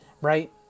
right